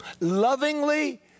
lovingly